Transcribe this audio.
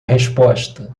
resposta